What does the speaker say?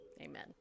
amen